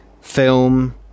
film